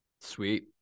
Sweet